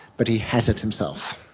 but he has it himself.